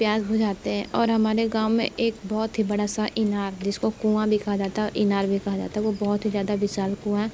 प्यास बुझाते है और हमारे गाँव में एक बहुत ही बड़ा सा इनार जिसको कुआँ भी कहा जाता है और इनार भी कहा जाता है वो बहुत ही ज़्यादा विशाल कुआँ है